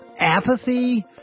Apathy